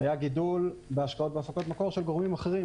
היה גידול בהשקעות בהפקות מקור של גורמים אחרים,